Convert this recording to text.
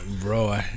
bro